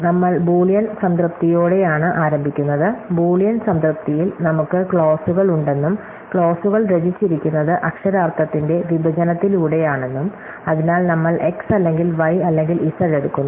നമ്മൾ ബൂളിയൻ സംതൃപ്തിയോടെയാണ് ആരംഭിക്കുന്നത് ബൂളിയൻ സംതൃപ്തിയിൽ നമുക്ക് ക്ലോസുകൾ ഉണ്ടെന്നും ക്ലോസുകൾ രചിച്ചിരിക്കുന്നത് അക്ഷരാർത്ഥത്തിന്റെ വിഭജനത്തിലൂടെയാണെന്നും അതിനാൽ നമ്മൾ x അല്ലെങ്കിൽ y അല്ലെങ്കിൽ z എടുക്കുന്നു